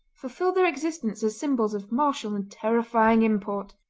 fulfilled their existence as symbols of martial and terrifying import!